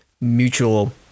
mutual